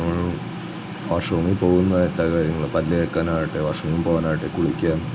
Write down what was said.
ഒരു വാഷ് റൂമിൽ പോകുന്നതായിട്ടാണ് കാര്യങ്ങൾ പല്ല് തേക്കാനാകട്ടെ വാഷ് റൂമിൽ പോകാനാകട്ടെ കുളിക്കാൻ